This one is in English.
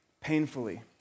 painfully